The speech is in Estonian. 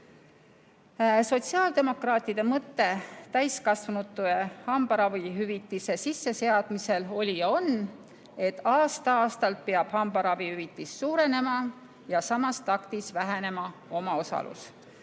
Sotsiaaldemokraatide mõte täiskasvanute hambaravihüvitise sisseseadmisel oli ja on, et aasta-aastalt peab hambaravihüvitis suurenema ja samas taktis vähenema omaosalus,